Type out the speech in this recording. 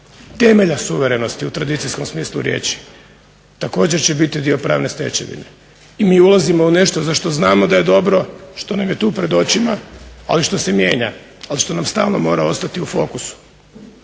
temelja suverenosti u tradicijskom smislu riječi također će biti dio pravne stečevine. I mi ulazimo u nešto za što znamo da je dobro, što nam je tu pred očima, ali što se mijenja ali što nam stalno mora ostati u fokusu.